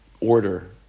order